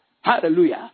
Hallelujah